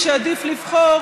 כשהעדיף לבחור